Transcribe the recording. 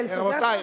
רבותי,